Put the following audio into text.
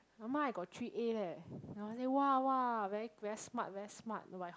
ah-ma I got three A leh then ah-ma say !wah! !wah! very very smart very smart my